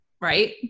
right